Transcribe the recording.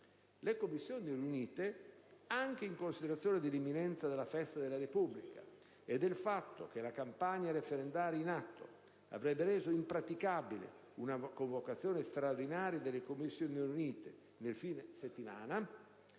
le Commissioni riunite, anche in considerazione dell'imminenza della Festa della Repubblica e del fatto che la campagna referendaria in atto avrebbe reso impraticabile una convocazione straordinaria delle Commissioni riunite nel fine settimana,